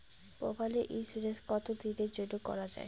মোবাইলের ইন্সুরেন্স কতো দিনের জন্যে করা য়ায়?